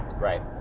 Right